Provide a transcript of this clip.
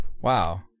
Wow